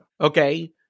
okay